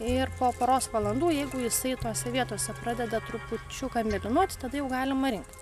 ir po poros valandų jeigu jisai tose vietose pradeda trupučiuką mėlynuot tada jau galima rinkt